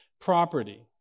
property